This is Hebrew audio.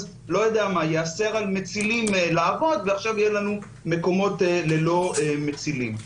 ייאסר על מצילים לעבוד ועכשיו יהיו לנו מקומות ללא מצילים.